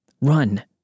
Run